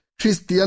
Christian (